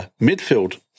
midfield